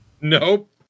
Nope